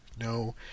No